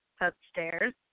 upstairs